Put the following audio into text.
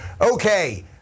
Okay